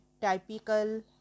typical